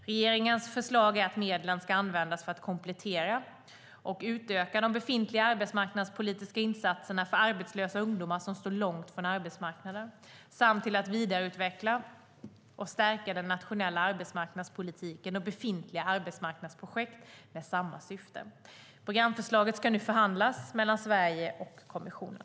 Regeringens förslag är att medlen ska användas för att komplettera och utöka de befintliga arbetsmarknadspolitiska insatserna för arbetslösa ungdomar som står långt ifrån arbetsmarknaden samt till att vidareutveckla och stärka den nationella arbetsmarknadspolitiken och befintliga arbetsmarknadsprojekt med samma syfte. Programförslaget ska nu förhandlas mellan Sverige och kommissionen.